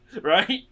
right